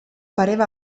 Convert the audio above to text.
pareva